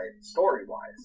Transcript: story-wise